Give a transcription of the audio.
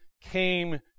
came